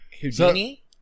Houdini